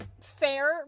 Fair